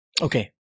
Okay